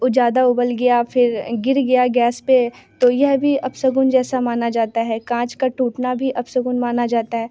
वो ज़्यादा उबल गया फिर गिर गया गैस पर तो यह भी अपशगुन जैसा माना जाता है काँच का टूटना भी अपशगुन माना जाता है